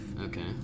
Okay